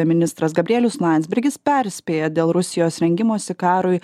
ministras gabrielius landsbergis perspėja dėl rusijos rengimosi karui